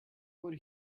would